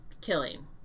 killing